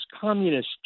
communist